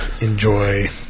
enjoy